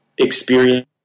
experience